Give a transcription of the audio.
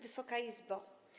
Wysoka Izbo!